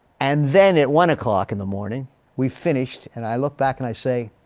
and then at one o'clock in the morning we finished and i look back and i say